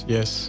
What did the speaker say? Yes